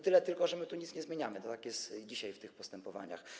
Tyle tylko, że my tu nic nie zmieniamy, tak jest dzisiaj w tych postępowaniach.